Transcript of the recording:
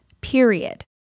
period